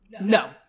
No